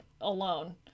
Alone